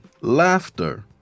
laughter